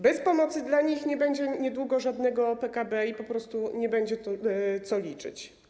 Bez pomocy dla nich nie będzie niedługo żadnego PKB i po prostu nie będzie co liczyć.